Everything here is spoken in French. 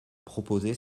proposer